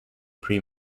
pre